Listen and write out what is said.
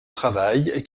travail